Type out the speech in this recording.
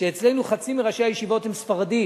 אצלנו חצי מראשי הישיבות הם ספרדים,